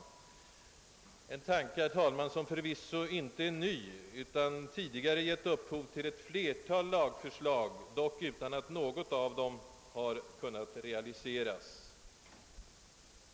Denna tanke, herr talman, är förvisso inte ny utan har tidigare gett upphov till ett flertal lagförslag, dock utan att något av dem har kunnat realiseras.